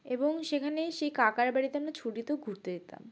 এবং সেখানে সেই কাকার বাড়িতে আমরা ছুটিতেও ঘুরতে যেতাম